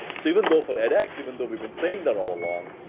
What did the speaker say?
so even though for edx, even though we've been saying that all along,